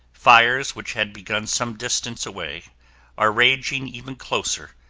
fires which had begun some distance away are raging even closer,